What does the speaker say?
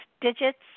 digits